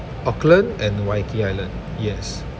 auckland and waiheke island yes